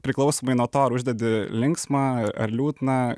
priklausomai nuo to ar uždedi linksmą ar liūdną